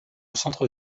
centre